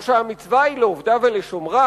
או שהמצווה היא "לעבדה ולשמרה"?